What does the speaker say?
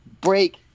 break